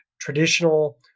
traditional